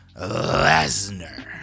Lesnar